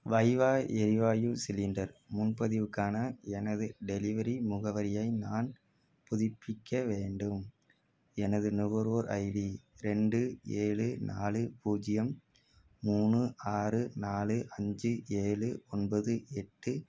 வைவா எரிவாயு சிலிண்டர் முன்பதிவுக்கான எனது டெலிவரி முகவரியை நான் புதுப்பிக்க வேண்டும் எனது நுகர்வோர் ஐடி ரெண்டு ஏழு நாலு பூஜ்ஜியம் மூணு ஆறு நாலு அஞ்சு ஏழு ஒன்பது எட்டு